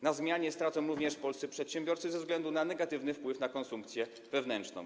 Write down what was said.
Na zmianie stracą również polscy przedsiębiorcy ze względu na negatywny wpływ na konsumpcję wewnętrzną.